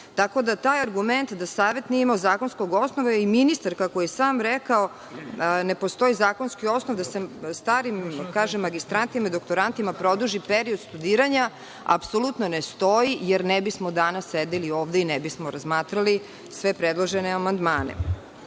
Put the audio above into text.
Tako da taj argument da nije imao zakonskog osnova i ministar kako je sam rekao, ne postoji zakonski osnov da se starim magistrantima produži period studiranja, apsolutno ne stoji jer ne bismo danas sedeli ovde i ne bismo razmatrali sve predložene amandmane. Takođe,